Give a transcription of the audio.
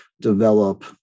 develop